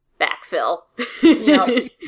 Backfill